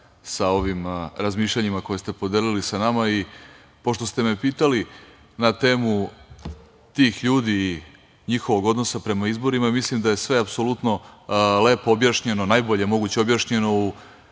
sa ovim razmišljanjima koja ste podelili sa nama. Pošto ste me pitali na temu tih ljudi, njihovog odnosa prema izborima, mislim da je sve apsolutno lepo objašnjeno, najbolje moguće objašnjeno u